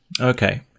Okay